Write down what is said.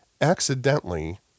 accidentally